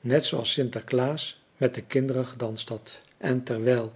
net zooals sinterklaas met de kinderen gedanst had en terwijl